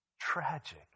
tragic